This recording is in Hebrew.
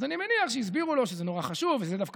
אז אני מניח שהסבירו לו שזה נורא חשוב וזה דווקא